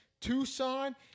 Tucson